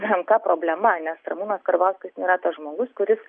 menka problema nes ramūnas karbauskis nėra tas žmogus kuris